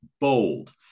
bold